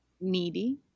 needy